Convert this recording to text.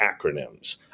acronyms